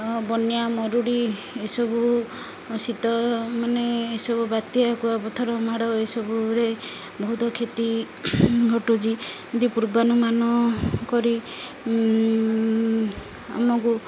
ବନ୍ୟା ମରୁଡ଼ି ଏସବୁ ଶୀତ ମାନେ ଏସବୁ ବାତ୍ୟା କୁଆପଥର ମାଡ଼ ଏସବୁରେ ବହୁତ କ୍ଷତି ଘଟୁଛି ଏ ପୂର୍ବାନୁମାନ କରି ଆମକୁ